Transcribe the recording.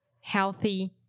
healthy